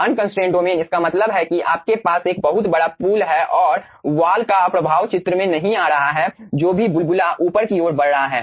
unconstrained domain इसका मतलब है कि आपके पास एक बहुत बड़ा पूल है और वॉल का प्रभाव चित्र में नहीं आ रहा है जब भी बुलबुला ऊपर की ओर बढ़ रहा है